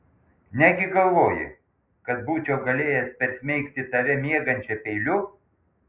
negi galvoji kad būčiau galėjęs persmeigti tave miegančią peiliu